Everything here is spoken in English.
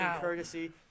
courtesy